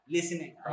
Listening